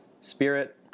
spirit